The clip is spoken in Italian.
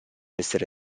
essere